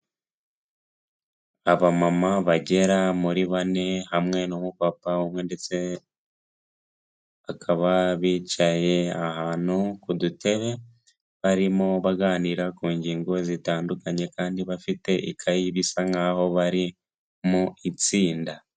Abamama bagera muri bane hamwe n'umupapa umwe ndetse bakaba bicaye ahantu kudutebe barimo baganira ku ngingo zitandukanye kandi bafite ikayi bisa nkaho bari mu itsinda.